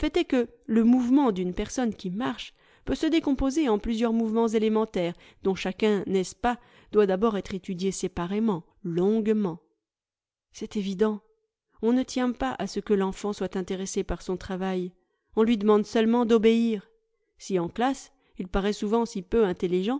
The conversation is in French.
que le mouvement d'une personne qui marche peut se décomposer en plusieurs mouvements élémentaires dont chacun n'est-ce pas doit d'abord être étudié séparément longuement c'est évident on ne tient pas à ce que l'enfant soit intéressé par son travail on lui demande seulement d'obéir si en classe il paraît souvent si peu intelligent